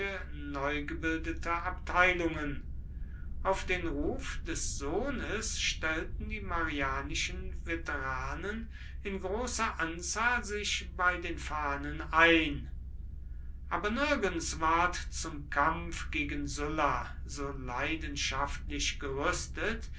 neu gebildete abteilungen auf den ruf des sohnes stellten die marianischen veteranen in großer anzahl sich bei den fahnen ein aber nirgends ward zum kampf gegen sulla so leidenschaftlich gerüstet